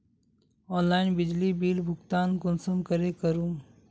Online बिजली bill भुगतान कुंसम करे करूम?